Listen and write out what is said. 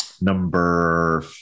number